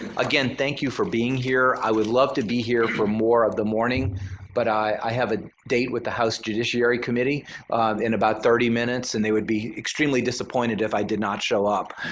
again, thank you for being here. i would love to be here for more of the morning but i have a date with the house judiciary committee in about thirty minutes and they would extremely disappointed if i did not show up.